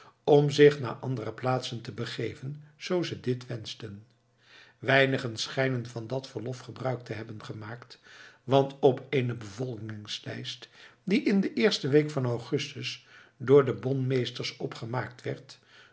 om zich naar andere plaatsen te begeven zoo ze dit wenschten weinigen schijnen van dat verlof gebruik te hebben gemaakt want op eene bevolkingslijst die in de eerste week van augustus door de bonmeesters opgemaakt werd